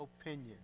opinion